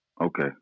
Okay